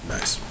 Nice